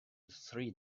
three